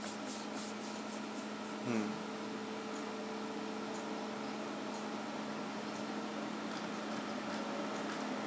mm